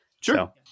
Sure